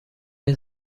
این